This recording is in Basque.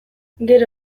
gero